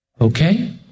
Okay